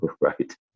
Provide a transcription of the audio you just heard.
right